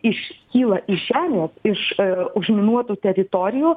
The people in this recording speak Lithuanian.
iškyla iš žemės iš užminuotų teritorijų